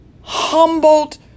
humbled